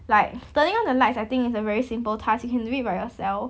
like turning on the lights I think it's a very simple task you can do it by yourself